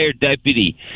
deputy